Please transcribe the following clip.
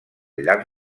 llarg